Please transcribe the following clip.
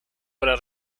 para